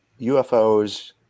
UFOs